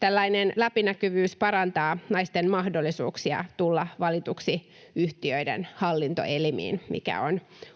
Tällainen läpinäkyvyys parantaa naisten mahdollisuuksia tulla valituksi yhtiöiden hallintoelimiin, mikä